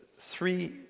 three